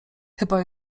chyba